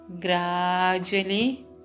gradually